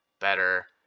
better